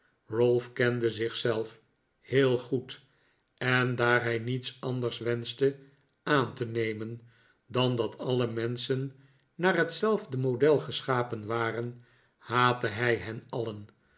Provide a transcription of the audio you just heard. ralph kende zich zelf heel goed en daar hij niets anders wenschte aan te nemen dan dat alle menschen naar hetzelfde model geschapen waren haatte hij hen alien